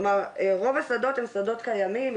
כלומר רוב השדות הם שדות קיימים,